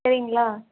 சரிங்களா